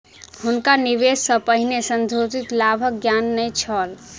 हुनका निवेश सॅ पहिने संशोधित लाभक ज्ञान नै छल